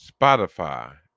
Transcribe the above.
Spotify